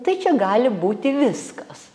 tai čia gali būti viskas